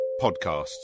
podcasts